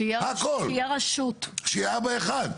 שיהיה אבא אחד.